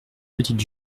petite